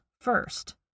first